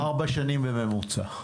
נכון, ארבע שנים בממוצע.